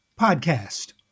Podcast